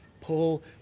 Paul